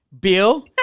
Bill